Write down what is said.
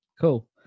Cool